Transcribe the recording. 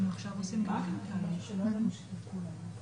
לא לבוא אלינו ולהגיד: